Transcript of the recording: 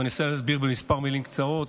ואני אנסה להסביר בכמה מילים קצרות.